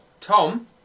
Tom